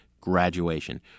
graduation